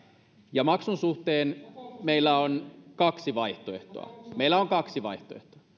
ja maksun suhteen meillä on kaksi vaihtoehtoa meillä on kaksi vaihtoehtoa